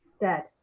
dead